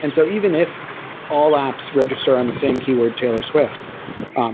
and so even if all apps register on the same keyword taylor swift